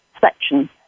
section